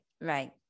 right